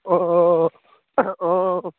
অঁ অঁ অঁ অঁ